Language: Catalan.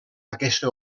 aquesta